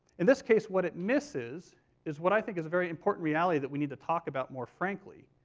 in this case, what it misses is what i think is a very important reality that we need to talk about more frankly,